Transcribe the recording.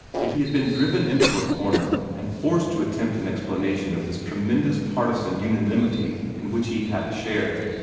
if he had been driven into a corner, and forced to attempt an explanation of this tremendous partisan unity in which he had a share,